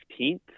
15th